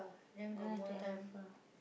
ah travel far